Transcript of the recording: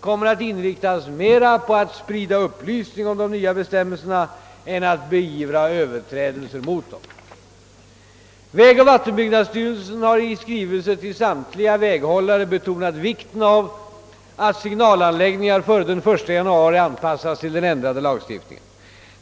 kommer att inriktas mera på att sprida upplysning om de nya bestämmelserna än att beivra överträdelser av dem. Vägoch vattenbyggnadsstyrelsen har i skrivelse till samtliga väghållare betonat vikten av att signalanläggningar före den 1 januari anpassas till den ändrade lagstiftningen.